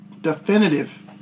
definitive